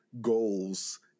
goals